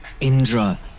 Indra